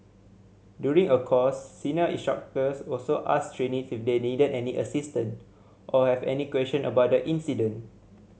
during a course senior instructors also asked trainees if they needed any assistance or have any question about the incident